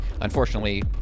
unfortunately